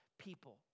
people